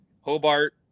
Hobart